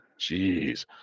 Jeez